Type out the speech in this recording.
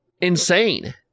insane